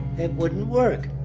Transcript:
it wouldn't work.